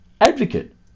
advocate